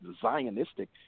Zionistic